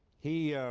he